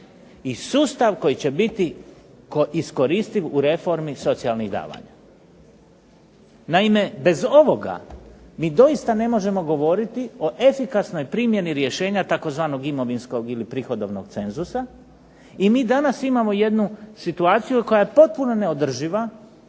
i sustav koji će biti iskoristiv u reformi socijalnih davanja. Naime, bez ovoga mi doista ne možemo govoriti o efikasnoj primjeni rješenja tzv. imovinskog ili prihodovnog cenzusa i mi danas imamo jednu situaciju koja je potpuno neodrživa